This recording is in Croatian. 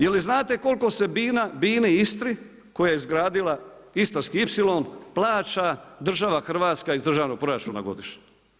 Je li znate koliko se BINA-i Istri koja je izgradila Istarski ipsilon plaća država Hrvatska iz državnog proračuna godišnje?